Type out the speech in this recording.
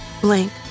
Blank